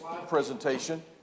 Presentation